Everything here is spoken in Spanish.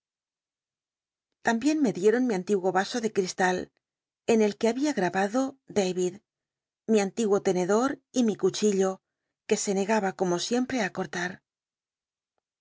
me dieron mi antiguo vaso ele crislal en el que babia grabado david mi antiguo tenedor y mi cuchill o uc se negaba como siempre ti cor'tar